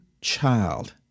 child